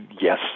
Yes